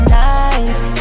nice